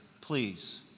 please